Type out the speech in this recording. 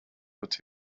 but